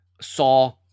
saw